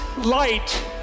light